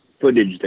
footage